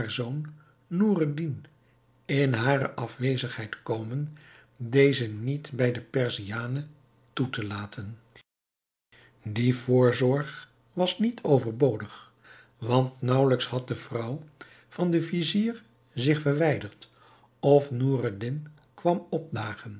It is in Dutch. noureddin in hare afwezigheid komen dezen niet bij de perziane toe te laten die voorzorg was niet overbodig want naauwelijks had de vrouw van den vizier zich verwijderd of noureddin kwam opdagen